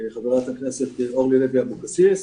חברת הכנסת אורלי לוי אבקסיס.